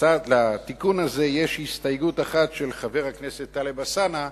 לתיקון הזה יש הסתייגות אחת של חבר הכנסת טלב אלסאנע,